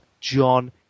John